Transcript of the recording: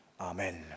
Amen